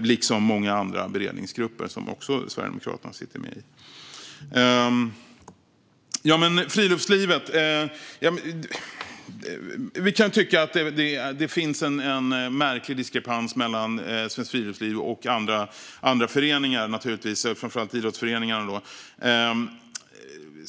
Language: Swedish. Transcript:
liksom för många andra beredningsgrupper som också Sverigedemokraterna sitter med i. När det gäller frågan om friluftslivet kan vi tycka att det finns en märklig diskrepans mellan Svenskt Friluftsliv och andra föreningar, framför allt idrottsföreningar.